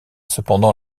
cependant